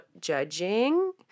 judging